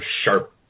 sharp